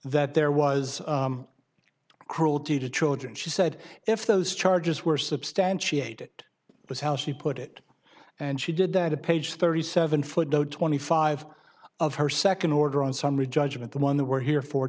that there was cruelty to children she said if those charges were substantiated was how she put it and she did that a page thirty seven footnote twenty five of her second order on summary judgment the one that we're here for